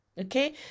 Okay